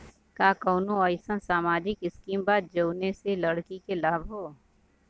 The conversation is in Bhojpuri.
का कौनौ अईसन सामाजिक स्किम बा जौने से लड़की के लाभ हो?